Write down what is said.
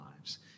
lives